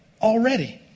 already